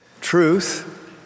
Truth